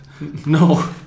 No